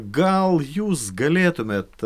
gal jūs galėtumėt